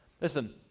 Listen